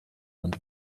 and